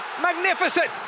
Magnificent